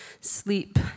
sleep